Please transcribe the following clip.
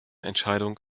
entscheidung